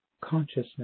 consciousness